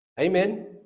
Amen